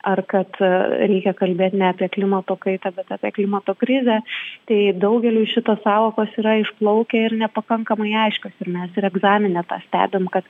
ar kad reikia kalbėt ne apie klimato kaitą bet apie klimato krizę tai daugeliui šitos sąvokos yra išplaukę ir nepakankamai aiškios ir mes ir egzamine tą stebim kad